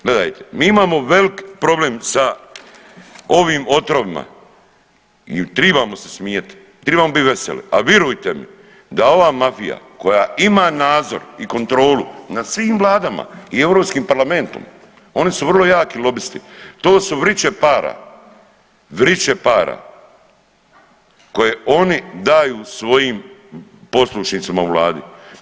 Gledajte, mi imamo velik problem sa ovim otrovima i tribamo se smijat, tribamo biti veseli, al virujte mi da ova mafija koja ima nadzor i kontrolu nad svim vladama i EU Parlamentom oni su vrlo jaki lobisti, to su vriće para, vriće para koje oni daju svojim poslušnicima u vladi.